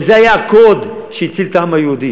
וזה היה הקוד שהציל את העם היהודי.